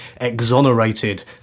exonerated